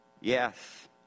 Yes